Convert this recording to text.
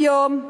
היום,